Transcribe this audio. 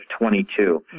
22